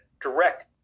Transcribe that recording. direct